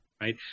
right